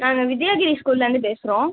நாங்கள் வித்யாகிரி ஸ்கூல்லேருந்து பேசுகிறோம்